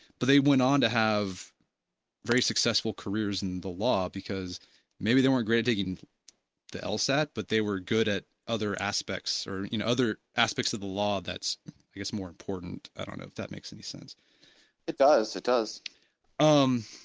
but they went on to have very successful careers in the law because maybe they weren't great taking the lsat but they were good at other aspects, or in other aspects of the law that's i guess more important. i don't know if that makes any sense it does, it does um